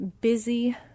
busy